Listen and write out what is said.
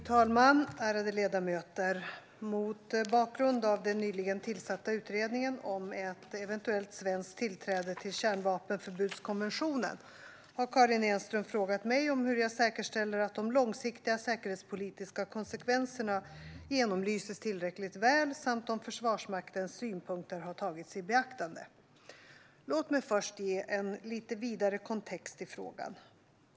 Svar på interpellationer Fru talman! Mot bakgrund av den nyligen tillsatta utredningen om ett eventuellt svenskt tillträde till kärnvapenförbudskonventionen har Karin Enström frågat mig om hur jag säkerställer att de långsiktiga säkerhetspolitiska konsekvenserna genomlyses tillräckligt väl samt om Försvarsmaktens synpunkter har tagits i beaktande. Låt mig först ge en lite vidare kontext till frågan.